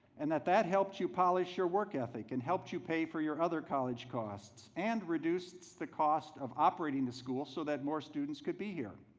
and that that helped you polish your work ethic and helped you pay for your other college costs and reduced the cost of operating the school, so that more students could be here.